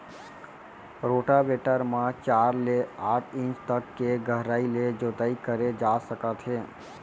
rotavator म चार ले आठ इंच तक के गहराई ले जोताई करे जा सकत हे